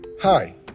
Hi